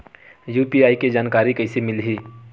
UPI के जानकारी कइसे मिलही?